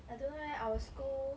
I don't know eh our school